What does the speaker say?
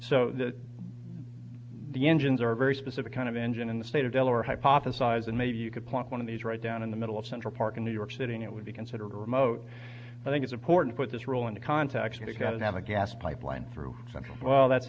so that the engines are very specific kind of engine in the state of delaware hypothesizing maybe you could point one of these right down in the middle of central park in new york city and it would be considered remote i think it's important with this rule in the context it got to have a gas pipeline through central well that's